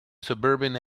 suburban